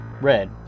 red